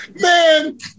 Man